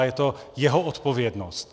Je to jeho odpovědnost.